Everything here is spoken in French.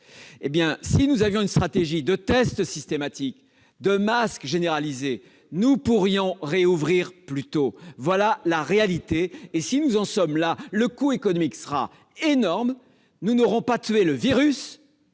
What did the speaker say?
chroniques. Si nous avions une stratégie de tests systématiques et de masques généralisés, nous pourrions rouvrir plus tôt. Telle est la réalité. Eh oui ! Si nous en restons là, le coût économique sera énorme : nous n'aurons pas tué le virus-